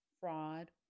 fraud